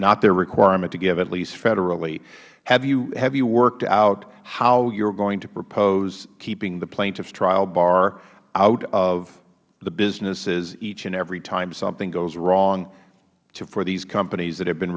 not the requirement to give at least federally have you worked out how you are going to propose keeping the plaintiffs trial bar out of the businesses each and every time something goes wrong for these companies that have been